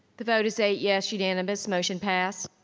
the vote is eight yes unanimous, motion passed.